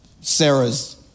Sarah's